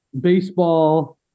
baseball